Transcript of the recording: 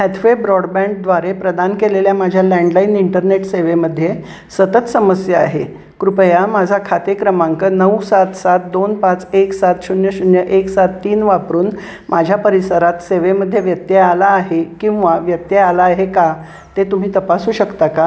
Hathway ब्रॉडबँडद्वारे प्रदान केलेल्या माझ्या लँडलाईन इंटरनेट सेवेमध्ये सतत समस्या आहे कृपया माझा खाते क्रमांक नऊ सात सात दोन पाच एक सात शून्य शून्य एक सात तीन वापरून माझ्या परिसरात सेवेमध्येे व्यत्यय आला आहे किंवा व्यत्यय आला आहे का ते तुम्ही तपासू शकता का